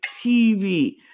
tv